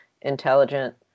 intelligent